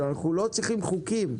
אנחנו לא צריכים לחוקים.